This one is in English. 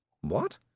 What